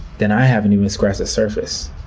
then i haven't even scratched the surface.